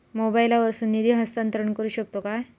मोबाईला वर्सून निधी हस्तांतरण करू शकतो काय?